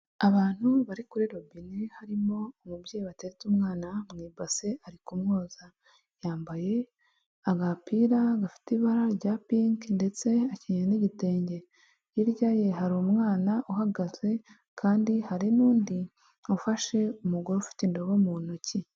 Abantu bari kuri robine, harimo umubyeyi wateretse umwana mu ibase, ari kumwoza, yambaye agapira gafite ibara rya pinki, ndetse akenyeye n'igitenge, hirya ye hari umwana uhagaze, kandi hari n'undi ufashe umugore ufite indobo mu ntoki.